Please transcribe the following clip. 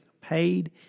paid